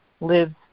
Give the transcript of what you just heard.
lives